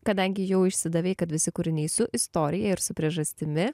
kadangi jau išsidavei kad visi kūriniai su istorija ir su priežastimi